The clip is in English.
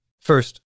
First